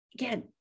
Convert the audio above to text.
again